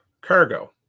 Cargo